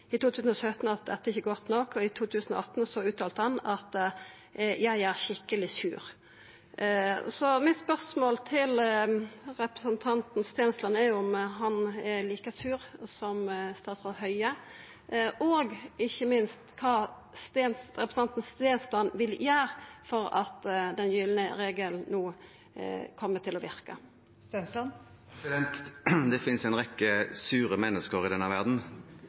i 2017 at dette ikkje er godt nok, og i 2018 uttalte han: «Jeg er skikkelig sur.» Så mitt spørsmål til representanten Stensland er om han er like sur som statsråd Høie, og ikkje minst kva representanten Stensland vil gjera for at den gylne regelen no kjem til å verka. Det finnes en rekke sure mennesker i denne verden.